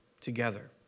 together